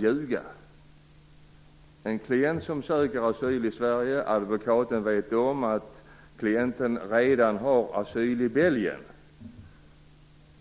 ljuga? Klienten söker asyl i Sverige. Advokaten vet om att klienten redan har asyl i Belgien.